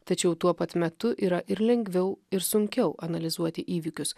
tačiau tuo pat metu yra ir lengviau ir sunkiau analizuoti įvykius